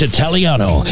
Italiano